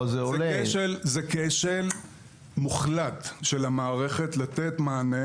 זה כשל מוחלט של המערכת לתת מענה